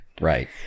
right